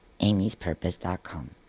amyspurpose.com